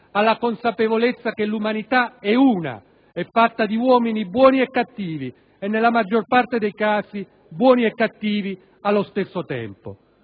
alla consapevolezza che l'umanità è una, fatta di uomini buoni e cattivi e, nella maggior parte dei casi, buoni e cattivi allo stesso tempo.